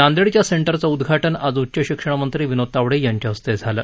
नांदेडच्या सेंटरचं उद्घाटन आज उच्च शिक्षणमंत्री विनोद तावडे यांच्या हस्ते झालं